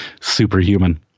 Superhuman